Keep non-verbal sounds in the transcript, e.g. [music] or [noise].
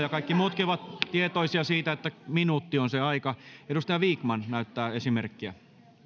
[unintelligible] ja kaikki muutkin ovat tietoisia siitä että minuutti on se aika edustaja vikman näyttää esimerkkiä